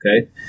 okay